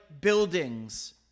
buildings